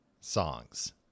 songs